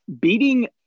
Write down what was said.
Beating